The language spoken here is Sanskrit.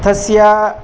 तस्य